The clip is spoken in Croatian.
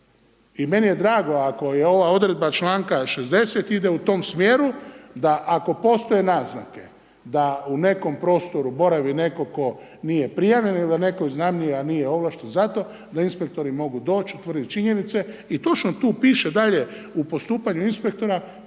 I meni je drago ako je ova odredba članka 60. ide u tom smjeru da ako postoje naznake da u nekom prostoru boravi netko tko nije prijavljen ili da ako netko iznajmljuje a nije ovlašten za to da inspektori mogu doći, utvrditi činjenice i točno tu piše dalje, u postupanju inspektora